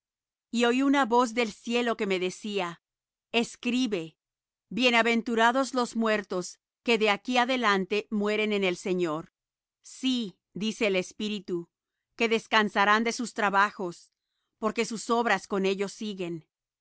y oí una voz del cielo que me decía escribe bienaventurados los muertos que de aquí adelante mueren en el señor sí dice el espíritu que descansarán de sus trabajos porque sus obras con ellos siguen